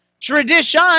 Tradition